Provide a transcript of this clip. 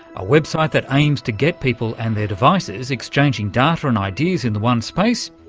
a website that aims to get people and their devices exchanging data and ideas in the one space.